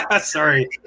Sorry